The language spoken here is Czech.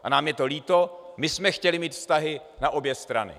A nám je to líto, my jsme chtěli mít vztahy na obě strany.